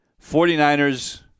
49ers